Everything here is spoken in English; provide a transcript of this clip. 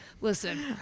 listen